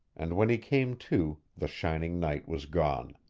and when he came to, the shining knight was gone.